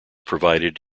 provided